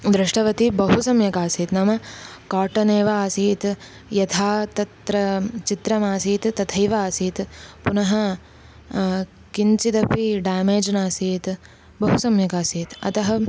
दृष्टवती बहु सम्यक् आसीत् नाम काटनेव आसीत् यथा तत्र चित्रमासीत् तथैव आसीत् पुनः किञ्चिदपि डामेज् नासीत् बहु सम्यक् आसीत् अतः